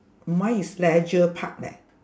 mine is leisure park leh